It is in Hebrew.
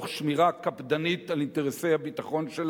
תוך שמירה קפדנית על אינטרסי הביטחון,